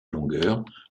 longueur